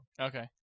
Okay